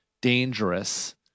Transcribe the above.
dangerous